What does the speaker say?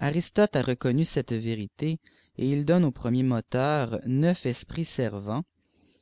aristote a reconnu cette vérité et il donne au premier moteur neuf esprits servants